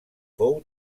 fou